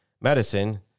Medicine